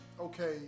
okay